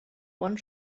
one